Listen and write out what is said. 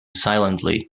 silently